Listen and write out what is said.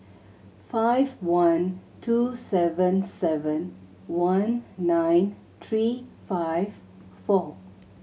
five one two seven seven one nine three five four